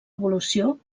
evolució